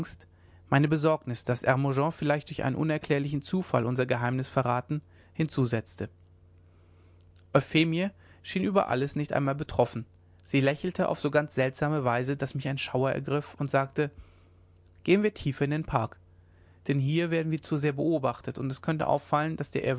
meine besorgnis daß hermogen vielleicht durch einen unerklärlichen zufall unser geheimnis verraten hinzusetzte euphemie schien über alles nicht einmal betroffen sie lächelte auf so ganz seltsame weise daß mich ein schauer ergriff und sagte gehen wir tiefer in den park denn hier werden wir zu sehr beobachtet und es könnte auffallen daß der